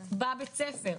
בבית ספר.